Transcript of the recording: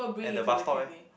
at the bus stop eh